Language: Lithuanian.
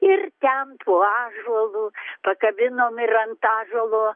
ir ten po ąžuolu pakabinom ir ant ąžuolo